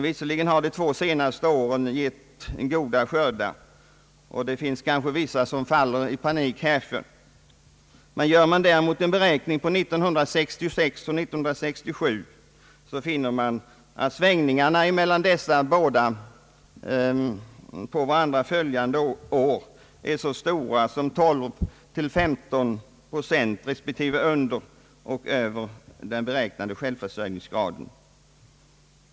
Visserligen har de två senaste åren gett goda skördar, och det finns kanske vissa som faller i panik härför, men gör man en beräkning för åren 1966 och 1967 finner man att svängningarna mellan dessa på varandra följande år är så stora som 12—- 15 procent respektive under och över den beräknade självförsörjningsgraden.